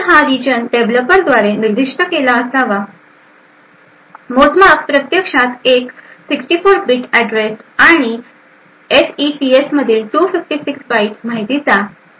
तर हा रिजन डेव्हलपरद्वारे निर्दिष्ट केला गेला आहे मोजमाप प्रत्यक्षात एक 64 बिट ऍड्रेस आणि एसईसीएस मधील 256 बाइट माहितीचा समावेश आहे